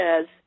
says